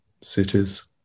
cities